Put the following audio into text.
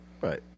Right